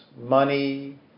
money